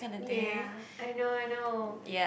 ya I know I know